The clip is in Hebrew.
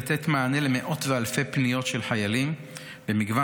כדי לתת מענה על מאות ואלפי פניות של חיילים במגוון